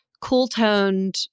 cool-toned